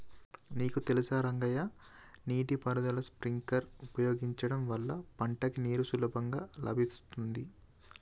నీకు తెలుసా రంగయ్య నీటి పారుదల స్ప్రింక్లర్ ఉపయోగించడం వల్ల పంటకి నీరు సులభంగా లభిత్తుంది